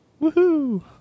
woohoo